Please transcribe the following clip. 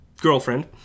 girlfriend